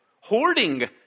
hoarding